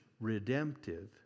redemptive